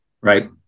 Right